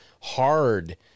hard